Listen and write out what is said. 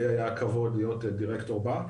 שלי היה הכבוד להיות דירקטור בה,